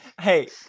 Hey